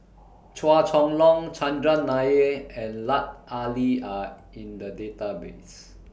Chua Chong Long Chandran Nair and Lut Ali Are in The Database